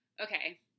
Okay